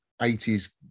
80s